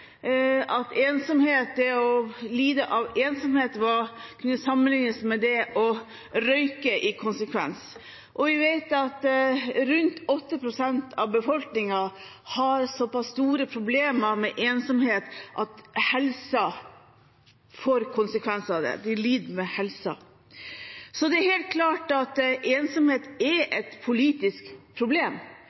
av ensomhet kunne sammenlignes med det å røyke i konsekvens. Vi vet at rundt 8 pst. av befolkningen har såpass store problemer med ensomhet at det får konsekvenser for helsen – helsen blir lidende. Det er helt klart at ensomhet er et politisk problem.